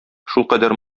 шулкадәр